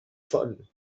font